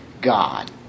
God